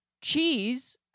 cheese